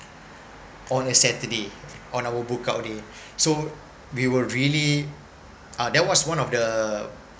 on a saturday on our book out day so we were really uh that was one of the